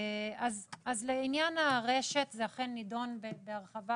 לעניין הרשת, זה אכן נדון בהרחבה